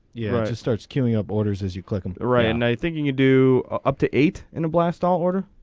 yeah right starts queuing up orders as you click um on the right and night thinking you do ah up to eight and a blast all order.